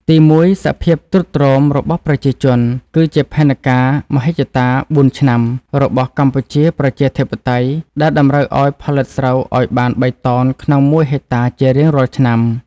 ទីមួយ សភាពទ្រុឌទ្រោមរបស់ប្រជាជន គឺជាផែនការមហិច្ឆតា "បួនឆ្នាំ" របស់កម្ពុជាប្រជាធិបតេយ្យដែលតម្រូវឱ្យផលិតស្រូវឱ្យបាន ៣ តោនក្នុងមួយហិកតាជារៀងរាល់ឆ្នាំ។